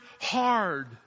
hard